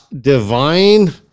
Divine